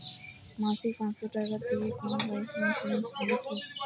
মাসিক পাঁচশো টাকা দিয়ে কোনো লাইফ ইন্সুরেন্স হবে কি?